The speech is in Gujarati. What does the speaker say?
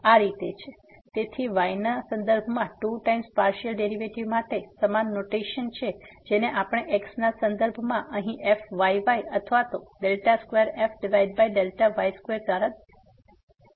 તેથી y ના સંદર્ભમાં ટુ ટાઈમ્સ પાર્સીઅલ ડેરીવેટીવ માટે સમાન નોટેશન જેને આપણે x ના સંદર્ભમાં અહીં fyy અથવા 2fy2 દ્વારા દર્શાવીશું